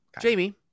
Jamie